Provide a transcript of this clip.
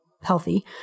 healthy